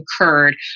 occurred